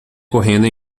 correndo